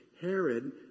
herod